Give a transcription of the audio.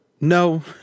No